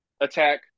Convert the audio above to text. attack